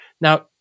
Now